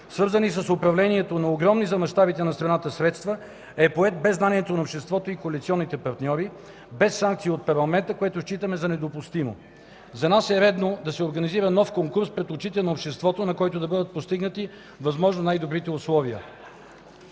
свързани с управлението на огромни за мащабите на страната средства, е поет без знанието на обществото и коалиционните партньори, без санкция от парламента, което считаме за недопустимо. За нас е редно да се организира нов конкурс пред очите на обществото, на който да бъдат постигнати възможно най-добрите условия.